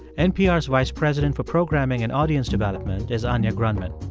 npr's vice president for programming and audience development is anya grundmann.